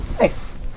nice